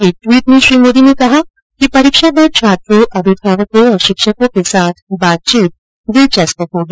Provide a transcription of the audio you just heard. एक ट्वीट में श्री मोदी ने कहा कि परीक्षा पर छात्रों अभिभावकों और शिक्षकों के साथ बातचीत दिलचस्प होगी